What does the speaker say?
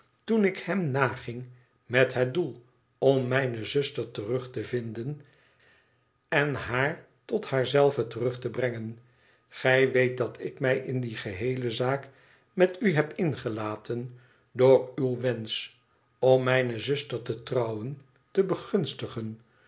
toen ik hem naging met het doel om mijne zuster terug te vinden en haar tot haar zelve terug te brengen gij weet dat ik mij in die geheele zaak met u heb ingelaten door uw wensch om mijne zuster te trouwen te begunstigen